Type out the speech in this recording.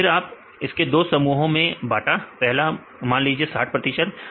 फिर आप इसको दो समूहों में बांटा पहला मानने 60 प्रतिशत